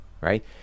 right